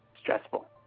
stressful